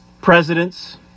Presidents